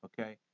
okay